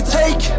take